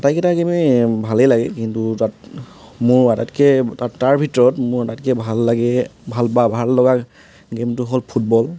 আটাইকেইটা গেমেই ভালেই লাগে কিন্তু তাত মোৰ আটাইতকৈ তাত ভিতৰত মোৰ আটাইতকৈ ভাল লাগে ভাল বা ভাল লগাৰ গেমটো হ'ল ফুটবল